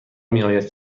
میآید